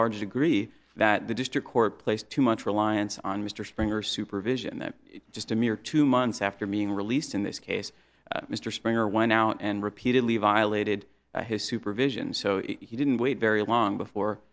large degree that the district court placed too much reliance on mr springer supervision that just a mere two months after being released in this case mr springer went out and repeatedly violated his supervision so he didn't wait very long before